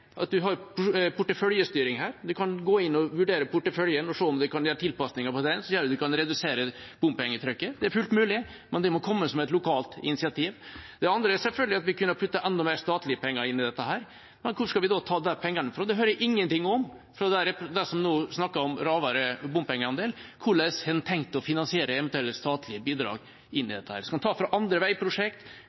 at vi har porteføljestyring her. Vi kan gå inn og vurdere porteføljen og se om en kan gjøre tilpasninger i den, se om en kan redusere bompengetrykket. Det er fullt mulig, men det må komme som et lokalt initiativ. Det andre er selvfølgelig at vi kunne puttet enda flere statlige penger inn i dette – men hvor skal vi ta de pengene fra? Det hører jeg ingenting om fra dem som nå snakker om lavere bompengeandel. Hvordan har en tenkt å finansiere eventuelle statlige bidrag inn i dette? Skal en ta fra andre